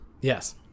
Yes